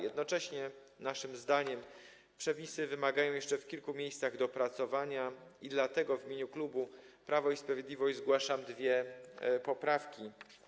Jednocześnie naszym zdaniem przepisy wymagają jeszcze w kilku miejscach dopracowania, dlatego w imieniu klubu Prawo i Sprawiedliwość zgłaszam dwie poprawki.